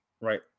Right